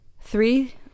three